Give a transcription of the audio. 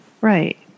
right